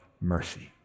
mercy